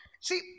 See